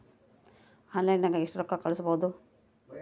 ಆನ್ಲೈನ್ನಾಗ ಎಷ್ಟು ರೊಕ್ಕ ಕಳಿಸ್ಬೋದು